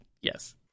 yes